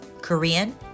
Korean